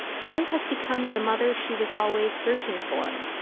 tali has become the mother she was always searching for